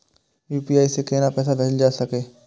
UPI से केना पैसा भेजल जा छे?